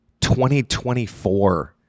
2024